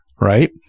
right